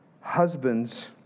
Husbands